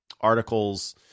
articles